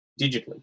digitally